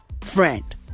friend